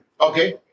Okay